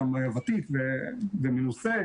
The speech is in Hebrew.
הוא גם ותיק ומנוסה,